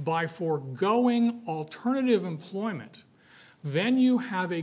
by foregoing alternative employment venue h